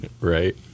Right